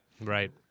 Right